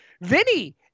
Vinny